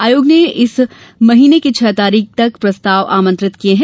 आयोग ने इस महीने की छह तारीख तक प्रस्ताव आमंत्रित किए हैं